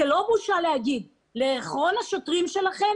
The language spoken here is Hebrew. זו לא בושה להגיד לאחרון השוטרים שלכם